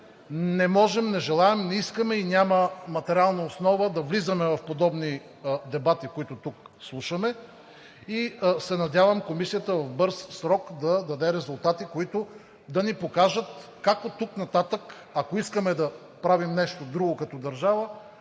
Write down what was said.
Не можем, не желаем, не искаме и няма материална основа да влизаме в подобни дебати, които тук слушаме, и се надявам Комисията в бърз срок да даде резултати, които да ни покажат как оттук нататък, ако искаме да правим нещо друго като държава,